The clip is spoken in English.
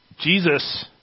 Jesus